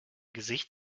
gesicht